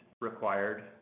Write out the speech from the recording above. required